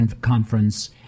conference